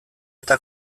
eta